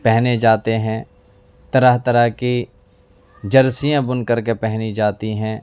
پہنے جاتے ہیں طرح طرح کی جرسیاں بن کر کے پہنی جاتی ہیں